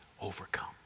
overcome